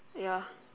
ya